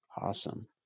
Awesome